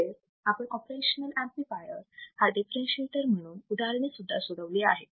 तसेच आपण operational amplifier हा डिफरेंशीएटर म्हणून उदाहरणे सुद्धा सोडवली आहेत